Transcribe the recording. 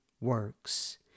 works